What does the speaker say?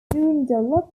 transperth